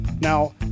Now